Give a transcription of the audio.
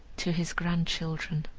to his grandchildren.